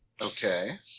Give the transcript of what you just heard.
Okay